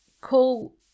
call